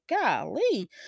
golly